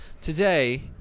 Today